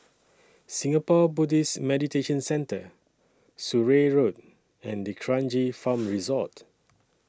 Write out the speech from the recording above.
Singapore Buddhist Meditation Centre Surrey Road and D'Kranji Farm Resort